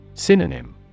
Synonym